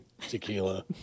tequila